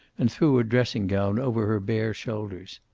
and threw a dressing-gown over her bare shoulders.